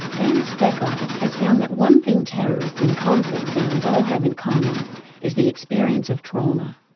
anne speckhard has found that one thing terrorists in conflict zones all have in common is the experience of trauma.